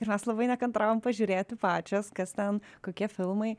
ir mes labai nekantravom pažiūrėti pačios kas ten kokie filmai